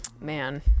man